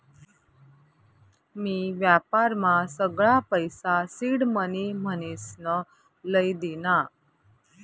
मी व्यापारमा सगळा पैसा सिडमनी म्हनीसन लई दीना